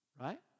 Right